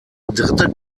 dritte